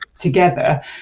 together